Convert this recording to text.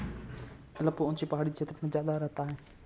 alpaca ऊँचे पहाड़ी क्षेत्रों में ज्यादा रहता है